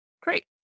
Great